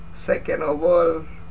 second of all